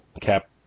Cap